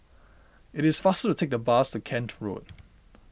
it is faster to take the bus to Kent Road